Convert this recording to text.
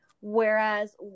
whereas